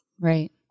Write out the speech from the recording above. Right